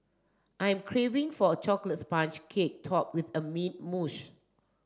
I am craving for a chocolate sponge cake topped with a mint mousse